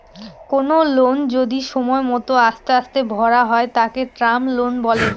কোনো লোন যদি সময় মত আস্তে আস্তে ভরা হয় তাকে টার্ম লোন বলে